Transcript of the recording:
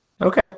Okay